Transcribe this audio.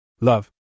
Love